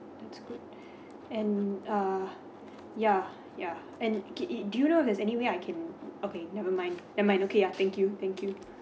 that's good and uh ya ya and keep it do you know there's anyway I can mm okay never mind never mind okay uh thank you thank you